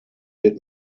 did